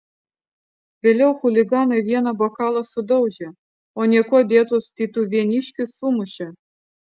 vėliau chuliganai vieną bokalą sudaužė o niekuo dėtus tytuvėniškius sumušė